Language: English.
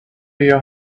your